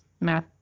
math